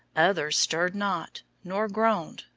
others stirred not, nor groaned,